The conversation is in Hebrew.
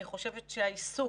אני חושבת שהעיסוק,